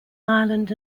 ireland